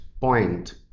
point